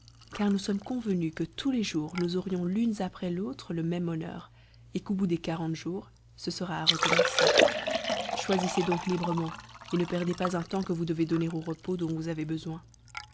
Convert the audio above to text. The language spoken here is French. car nous sommes convenues que tous les jours nous aurions l'une après l'autre le même honneur et qu'au bout des quarante jours ce sera à recommencer choisissez donc librement et ne perdez pas un temps que vous devez donner au repos dont vous avez besoin